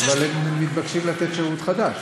ברור, אבל הם מתבקשים לתת שירות חדש,